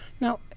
Now